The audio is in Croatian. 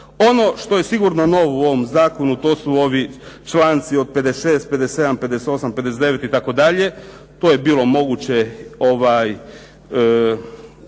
Ono što je sigurno novo u ovom zakonu, to su ovi članci od 56., 57, 57., 59. itd. to je bilo moguće i